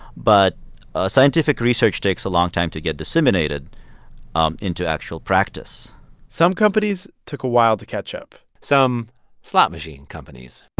but ah scientific research takes a long time to get disseminated um into actual practice some companies took a while to catch up some slot machine companies